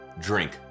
Drink